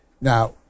Now